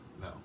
No